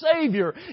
Savior